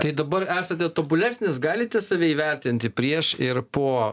tai dabar esate tobulesnis galite save įvertinti prieš ir po